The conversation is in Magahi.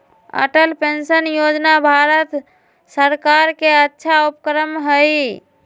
अटल पेंशन योजना भारत सर्कार के अच्छा उपक्रम हई